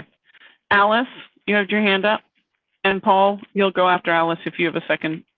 alice, you had your hand up and paul, you'll go after alice. if you have a second.